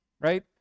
right